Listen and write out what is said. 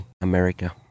America